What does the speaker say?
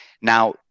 Now